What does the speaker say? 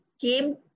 came